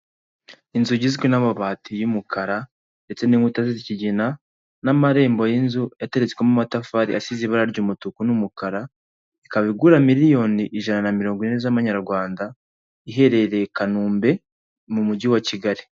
Inzu igizwe n'amabati y'umukara ndetse n'inkuta z'ikigina n'amarembo y'inzu ateretswemo amatafari asize ibara ry'umutuku n'umukara, ikaba igura miliyoni ijana na mirongo ine z'amanyarwanda, iherereye Kanombe mu mujyi wa Kigali.